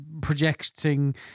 projecting